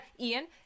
Ian